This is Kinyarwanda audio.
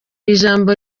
ijambo